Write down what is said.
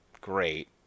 great